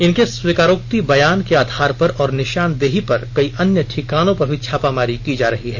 इनके स्वीकारोक्ति बयान के आधार पर और निशानदेही पर केई अन्य ठिकानों पर भी छापामारी की जा रही है